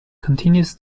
continues